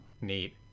Neat